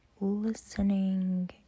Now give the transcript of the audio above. listening